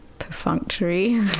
perfunctory